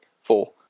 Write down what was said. Four